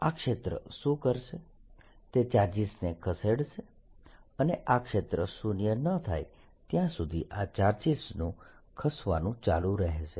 આ ક્ષેત્ર શું કરશે તે ચાર્જીસ ને ખસેડશે અને આ ક્ષેત્ર શૂન્ય ન થાય ત્યાં સુધી આ ચાર્જીસનું ખસવાનું ચાલુ રહેશે